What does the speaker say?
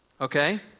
Okay